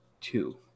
two